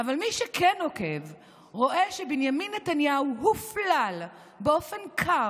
אבל מי שכן עוקב רואה שבנימין נתניהו הופלל באופן קר,